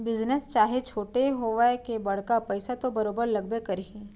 business चाहे छोटे होवय के बड़का पइसा तो बरोबर लगबे करही